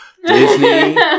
Disney